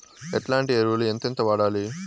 ఎట్లాంటి ఎరువులు ఎంతెంత వాడాలి?